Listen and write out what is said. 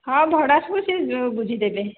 ହଁ ଭଡ଼ା ସବୁ ସିଏ ବୁଝିଦେବେ